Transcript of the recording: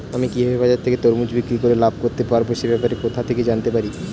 আমি কিভাবে বাজার থেকে তরমুজ বিক্রি করে লাভ করতে পারব সে ব্যাপারে কোথা থেকে জানতে পারি?